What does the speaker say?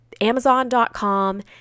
amazon.com